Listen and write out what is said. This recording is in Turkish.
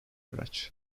araç